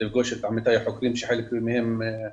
לפגוש את עמיתיי החוקרים שחלק מהם אני